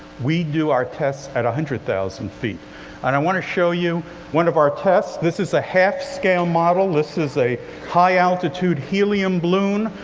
we do our tests at one hundred thousand feet. and i want to show you one of our tests. this is a half-scale model. this is a high-altitude helium balloon.